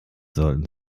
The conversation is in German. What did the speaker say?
sollten